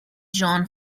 john